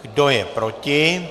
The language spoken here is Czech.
Kdo je proti?